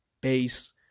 base